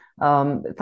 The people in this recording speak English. Thank